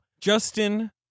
Justin